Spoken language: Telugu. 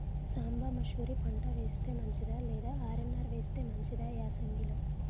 సాంబ మషూరి పంట వేస్తే మంచిదా లేదా ఆర్.ఎన్.ఆర్ వేస్తే మంచిదా యాసంగి లో?